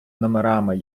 номерами